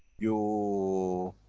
you